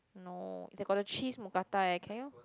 no they got the Cheese Mookata eh can you